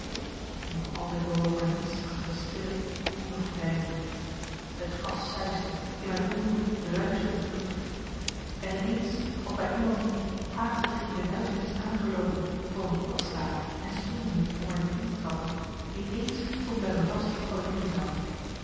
nog altijd bewoog er niets achter de stille groene gordijnen het gas suisde in mijn ooren ruischte het bloed en in eens als bij iemand die haastig in de duisternis aangeloopen voor een plas staat en springen moet om er niet in te trappen in eens stond bij me vast wat ik doen zou